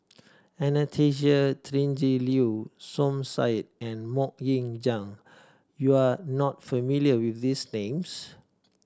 Anastasia Tjendri Liew Som Said and Mok Ying Jang you are not familiar with these names